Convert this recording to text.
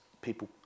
people